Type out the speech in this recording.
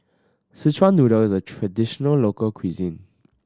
Szechuan Noodle is a traditional local cuisine